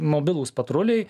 mobilūs patruliai